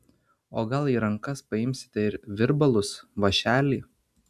o gal į rankas paimsite ir virbalus vąšelį